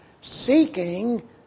seeking